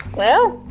well,